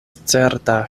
certa